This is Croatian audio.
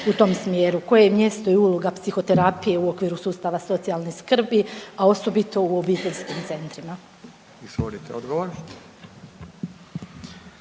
u tom smjeru. Koje je mjesto i uloga psihoterapije u okviru sustava socijalne skrbi, a osobito u obiteljskim centrima? **Radin, Furio